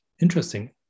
interesting